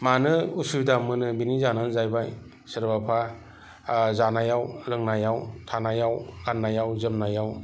मानो उसुबिदा मोनो बिनि जाहोनानो जाहैबाय सोरबाबा जानायाव लोंनायाव थानायाव गाननायाव जोमनायाव